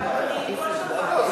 בסדר,